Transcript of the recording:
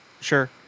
Sure